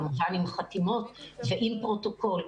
כמובן עם חתימות ועם פרוטוקול,